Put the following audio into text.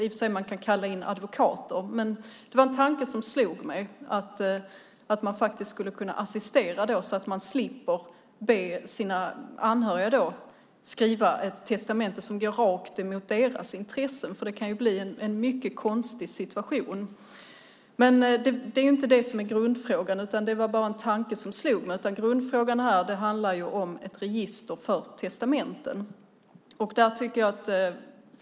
Man kan i och för sig kalla in advokater, men tanken slog mig att samhället skulle kunna assistera så att den döende slipper be sina anhöriga att skriva ett testamente som går rakt mot deras intressen. Det kan bli en mycket konstig situation. Det är inte det som är grundfrågan. Det vara bara en tanke som slog mig. Grundfrågan gäller ju ett register för testamenten.